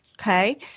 okay